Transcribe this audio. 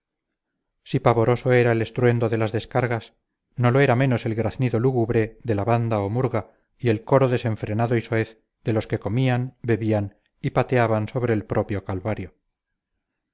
si pavoroso era el estruendo de las descargas no lo era menos el graznido lúgubre de la banda o murga y el coro desenfrenado y soez de los que comían bebían y pateaban sobre el propio calvario